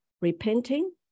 repenting